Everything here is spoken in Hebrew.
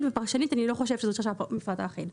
ופרשנית אני לא חושבת שזה נקבע כך במפרט האחיד.